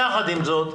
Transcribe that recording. יחד עם זאת,